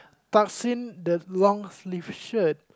tucks in the long sleeve shirt